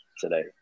today